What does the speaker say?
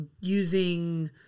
using